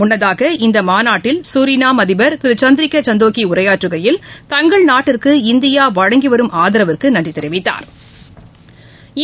முன்னதாக இந்த மாநாட்டில் குரிநாம் அதிபர் திரு சந்திரிக்க சந்தோக்கி உரையாற்றுகையில் தங்கள் நாட்டிற்கு இந்தியா வழங்கி வரும் ஆதரவிற்கு நன்றி தெரிவித்தாா்